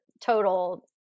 total